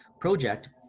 project